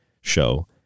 show